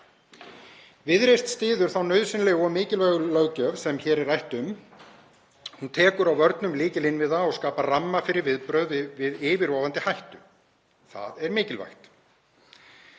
Viðreisn styður þá nauðsynlegu og mikilvægu löggjöf sem hér er rætt um. Hún tekur á vörnum lykilinnviða og skapar ramma fyrir viðbrögð við yfirvofandi hættu. Það er mikilvægt.